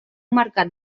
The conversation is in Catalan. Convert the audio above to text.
mercat